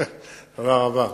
תודה רבה.